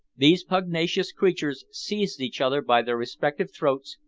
these pugnacious creatures seized each other by their respective throats,